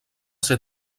ser